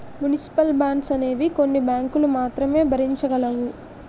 municipal bonds అనేవి కొన్ని బ్యాంకులు మాత్రమే భరించగలవు